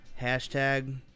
hashtag